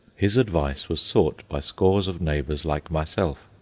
his advice was sought by scores of neighbours like myself.